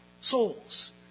Souls